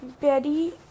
Betty